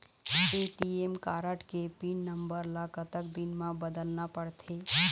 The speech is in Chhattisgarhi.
ए.टी.एम कारड के पिन नंबर ला कतक दिन म बदलना पड़थे?